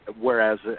Whereas